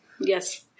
Yes